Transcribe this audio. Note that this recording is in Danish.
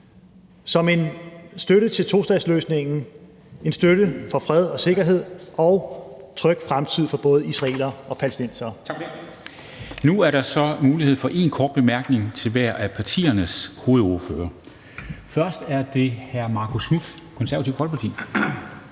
som en støtte til tostatsløsningen, en støtte for fred og sikkerhed og en tryg fremtid for både israelere og palæstinensere. Kl. 13:12 Formanden (Henrik Dam Kristensen): Tak for det. Nu er der så mulighed for én kort bemærkning til hver af partiernes hovedordførere. Først er det hr. Marcus Knuth, Det Konservative Folkeparti.